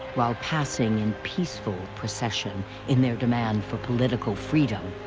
while passing in peaceful procession in their demand for political freedom,